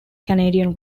canadian